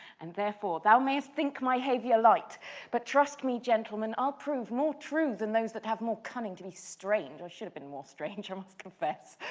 and therefore thou mayst think my havior light but trust me, gentleman, i'll prove more true than those that have more cunning to be strange. i should have been more strange, um i confess,